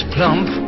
Plump